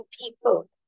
people